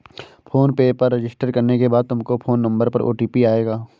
phone पे पर register करने के बाद तुम्हारे फोन नंबर पर ओ.टी.पी आएगा